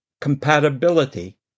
compatibility